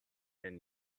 and